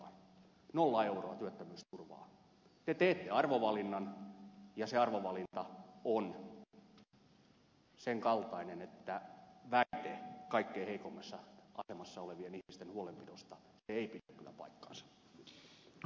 te teette arvovalinnan ja se arvovalinta on sen kaltainen että väite kaikkein heikoimmassa asemassa olevien ihmisten huolenpidosta ei pidä kyllä paikkaansa